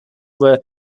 were